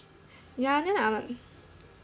ya then I'm like